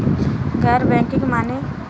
गैर बैंकिंग माने?